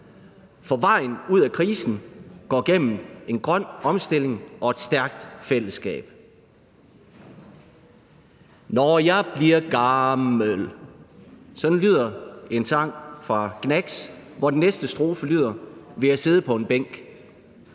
For vejen ud af krisen går gennem en grøn omstilling og et stærkt fællesskab. »Når jeg bliver gammel ...« Sådan lyder en sang fra Gnags, hvor den næste strofe lyder: »vil jeg sidde på en bænk«.